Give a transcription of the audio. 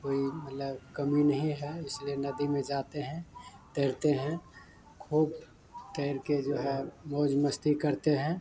कोई मतलब कमी नहीं है इसलिए नदी में जाते हैं तैरते हैं खूब तैर कर जो है मौज मस्ती करते हैं